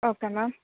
okay ma'am